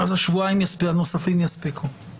אז שבועיים נוספים יספיקו.